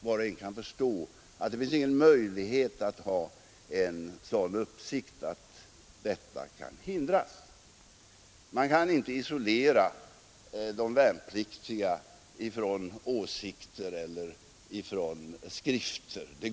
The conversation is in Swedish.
Var och en kan förstå att det inte finns någon möjlighet att ha en sådan uppsikt att detta kan hindras. Man kan inte isolera de värnpliktiga från åsikter eller från skrifter.